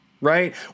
Right